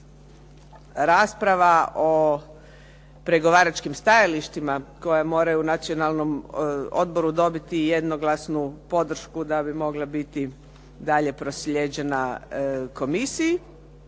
rasprava o pregovaračkim stajalištima koja moraju u Nacionalnom odboru dobiti jednoglasnu podršku da bi mogla dalje biti proslijeđena komisiji,